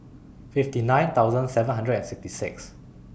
fifty nine thousand seven hundred and sixty six